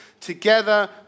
together